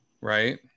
Right